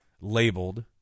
labeled